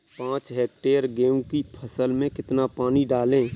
पाँच हेक्टेयर गेहूँ की फसल में कितना पानी डालें?